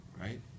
Right